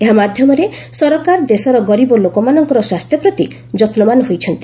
ଏହା ମାଧ୍ୟମରେ ସରକାର ଦେଶର ଗରିବ ଲୋକମାନଙ୍କର ସ୍ୱାସ୍ଥ୍ୟ ପ୍ରତି ଯତ୍ନବାନ ହୋଇଛନ୍ତି